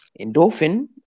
Endorphin